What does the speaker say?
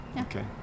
Okay